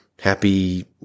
Happy